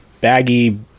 baggy